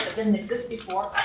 didn't exist before,